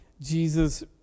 Jesus